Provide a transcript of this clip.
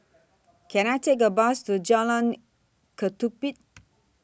Can I Take A Bus to Jalan Ketumbit